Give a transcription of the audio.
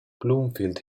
bloomfield